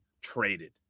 traded